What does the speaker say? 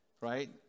right